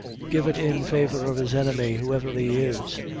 give it in favor of his enemy, whoever he is.